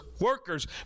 workers